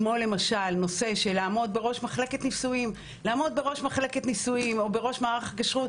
כמו למשל נושא של לעמוד בראש מחלקת נישואים או בראש מערך הכשרות.